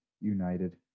United